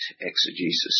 exegesis